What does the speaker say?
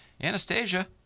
Anastasia